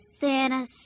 Santa